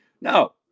No